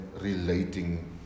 relating